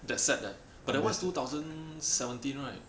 that set eh but that one is two thousand seventeen right